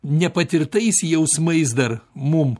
nepatirtais jausmais dar mum